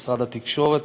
משרד התקשורת,